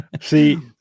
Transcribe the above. See